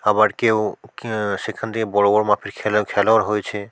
আবার কেউ সেখান থেকে বড় বড় মাপের খেলোয়াড় হয়েছে